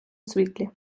світлі